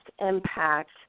impact